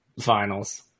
finals